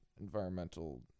environmental